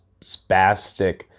spastic